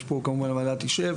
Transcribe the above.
כמובן הוועדה תשב,